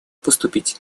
поступить